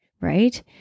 Right